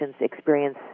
experience